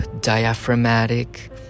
diaphragmatic